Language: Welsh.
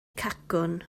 cacwn